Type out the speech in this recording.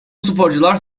sporcular